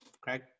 Craig